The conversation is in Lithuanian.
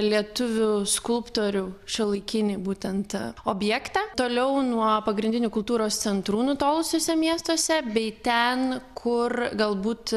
lietuvių skulptorių šiuolaikinį būtent objektą toliau nuo pagrindinių kultūros centrų nutolusiuose miestuose bei ten kur galbūt